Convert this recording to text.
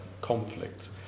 conflict